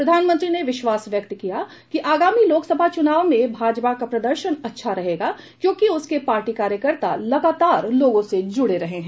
प्रधानमंत्री ने विश्वास व्यक्त किया कि आगामी लोकसभा चुनाव में भाजपा का प्रदर्शन अच्छा रहेगा क्योंकि उसके पार्टी कार्यकर्ता लगातार लोगों से जुड़े रहे हैं